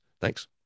Thanks